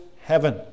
heaven